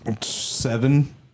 Seven